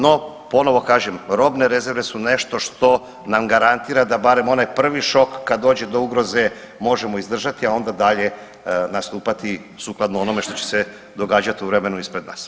No, ponovo kažem, robne rezerve su nešto što nam garantira da barem onaj prvi šok kad dođe do ugroze možemo izdržati, a onda dalje nastupati sukladno onome što će se događati u vremenu ispred nas.